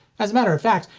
as matter of fact,